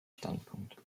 standpunkt